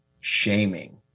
shaming